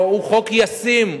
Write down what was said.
שהוא חוק ישים,